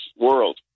world